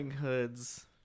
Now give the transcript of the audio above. hoods